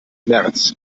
märz